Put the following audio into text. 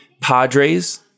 Padres